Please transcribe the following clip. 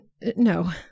No